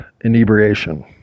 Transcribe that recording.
inebriation